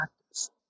Practice